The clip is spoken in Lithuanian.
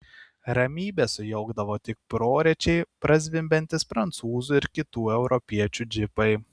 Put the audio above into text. ramybę sujaukdavo tik prorečiai prazvimbiantys prancūzų ir kitų europiečių džipai